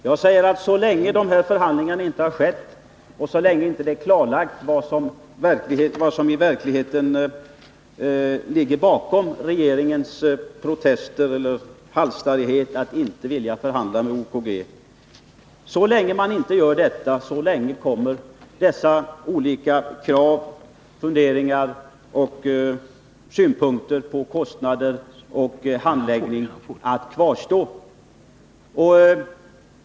Jag säger att så länge förhandlingar inte har skett och det inte är klarlagt vad som i verkligheten ligger bakom regeringens halsstarrighet att inte vilja förhandla med OKG, så länge kommer dessa olika krav, funderingar och synpunkter på kostnader och handläggning att kvarstå.